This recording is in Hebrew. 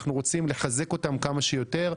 אנחנו רוצים לחזק אותם כמה שיותר.